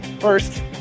First